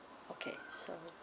okay so